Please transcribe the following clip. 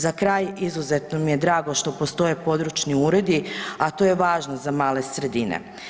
Za kraj, izuzetno mi je drago što postoje područni uredi, a to je važno za male sredine.